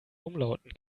umlauten